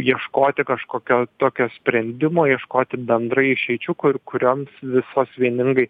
ieškoti kažkokio tokio sprendimo ieškoti bendrai išeičių kur kurioms visos vieningai